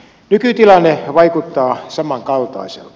nykytilanne vaikuttaa samankaltaiselta